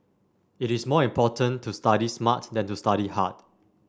it is more important to study smart than to study hard